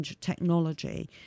technology